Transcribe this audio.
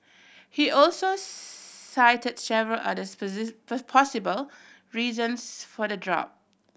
he also cite several other possible reasons for the drop